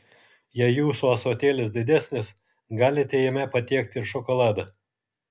jei jūsų ąsotėlis didesnis galite jame patiekti ir šokoladą